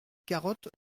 carottes